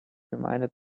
reminded